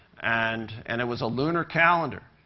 and and it was a lunar calendar.